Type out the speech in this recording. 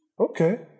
Okay